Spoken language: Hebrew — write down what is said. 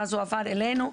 ואז הועבר אלינו.